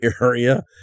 area